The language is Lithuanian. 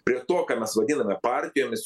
prie to ką mes vadiname partijomis